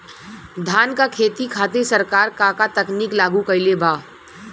धान क खेती खातिर सरकार का का तकनीक लागू कईले बा?